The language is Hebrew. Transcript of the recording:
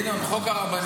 ינון, חוק הרבנות.